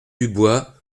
dubois